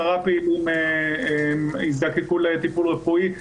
10 פעילים נזקקו לטיפול רפואי,